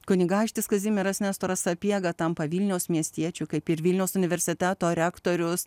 kunigaikštis kazimieras nestoras sapiega tampa vilniaus miestiečiu kaip ir vilniaus universiteto rektorius